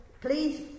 please